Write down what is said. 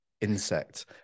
insect